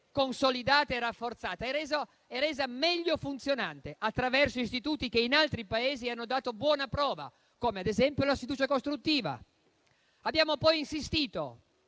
consolidata, rafforzata e resa meglio funzionante attraverso istituti che in altri Paesi hanno dato buona prova, come ad esempio la sfiducia costruttiva. [**Presidenza